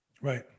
Right